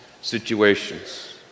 situations